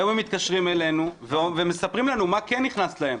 היום הם מתקשרים אלינו ומספרים לנו מה כן נכנס להם.